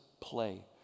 play